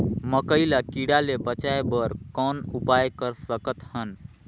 मकई ल कीड़ा ले बचाय बर कौन उपाय कर सकत हन?